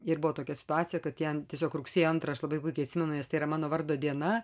ir buvo tokia situacija kad ten tiesiog rugsėjo antrą aš labai puikiai atsimenu nes tai yra mano vardo diena